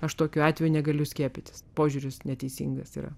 aš tokiu atveju negaliu skiepytis požiūris neteisingas yra